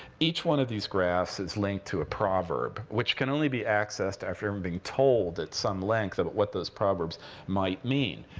each one of these graphs is linked to a proverb, which can only be accessed after and being told at some length but what those proverbs might mean.